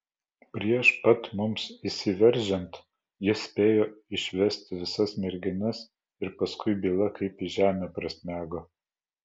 prieš pat mums įsiveržiant jis spėjo išvesti visas merginas ir paskui byla kaip į žemę prasmego